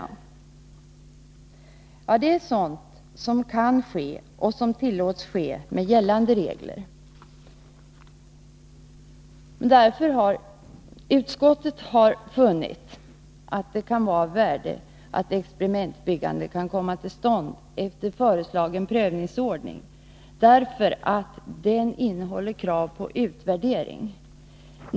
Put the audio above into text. Det är sådant som kan ske, och som tillåts ske med gällande regler. Utskottet har därför funnit att det kan vara av värde att experimentbyggande kan komma till stånd efter föreslagen prövningsordning, därför att den innehåller krav på utvärdering.